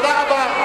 תודה רבה.